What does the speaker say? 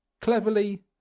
Cleverly